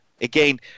Again